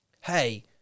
hey